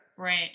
Right